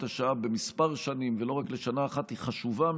השעה בכמה שנים ולא רק בשנה אחת היא חשובה,